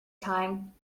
time